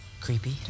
creepy